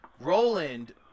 Roland